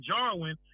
Jarwin